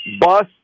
bus